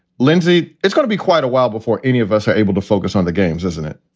lindsay is going to be quite a while before any of us are able to focus on the games, isn't it?